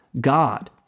God